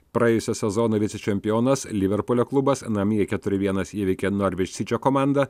praėjusio sezono vicečempionas liverpulio klubas namie keturi vienas įveikė norwich sičio komandą